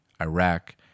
Iraq